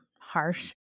harsh